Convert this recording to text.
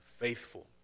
faithful